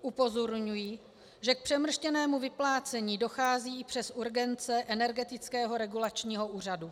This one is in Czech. Upozorňuji, že k přemrštěnému vyplácení dochází i přes urgence Energetického regulačního úřadu.